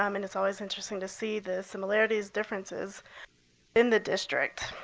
um and it's always interesting to see the similarities, differences in the district.